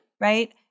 right